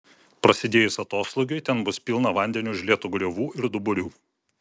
prasidėjus atoslūgiui ten bus pilna vandeniu užlietų griovų ir duburių